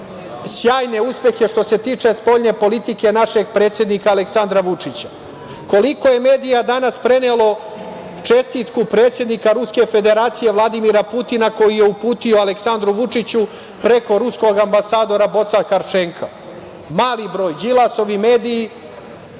sjajne uspehe što tiče spoljne politike našeg predsednika Aleksandra Vučića. Koliko je medija danas prenelo čestitku predsednika Ruske Federacije, Vladimira Putina, koju je uputio Aleksandru Vučiću preko ruskog ambasadora Bocan Harčenka? Mali broj. Đilasovi mediji